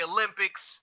Olympics